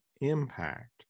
impact